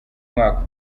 mwaka